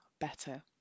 better